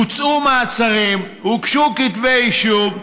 בוצעו מעצרים, הוגשו כתבי אישום,